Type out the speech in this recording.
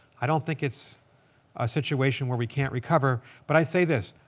i don't think it's a situation where we can't recover. but i say this.